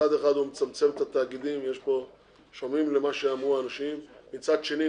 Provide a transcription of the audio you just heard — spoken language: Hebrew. מצד אחד הוא מצמצם את התאגידים שומעים למה שאמרו האנשים - מצד שני,